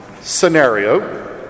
scenario